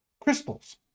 crystals